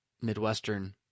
Midwestern